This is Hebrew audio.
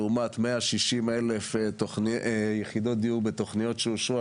לעומת 160 אלף יחידות דיור בתוכניות שאושרו,